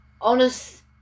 honest